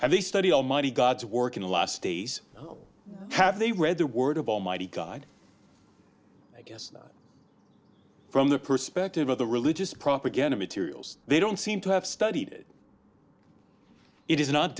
they study almighty god's work in the last days have they read the word of almighty god i guess from the perspective of the religious propaganda materials they don't seem to have studied it it is not